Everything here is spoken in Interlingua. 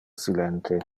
silente